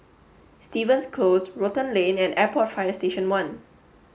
Stevens Close Rotan Lane and Airport Fire Station one